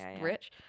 rich